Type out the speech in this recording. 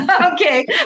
Okay